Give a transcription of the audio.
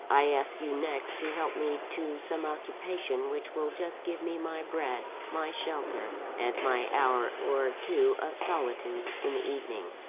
i ask you next, to help me to some occupation which will just give me my bread, my shelter, and my hour or two of solitude in the evening.